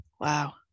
Wow